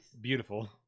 beautiful